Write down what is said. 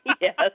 Yes